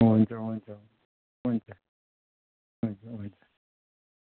हुन्छ हुन्छ हुन्छ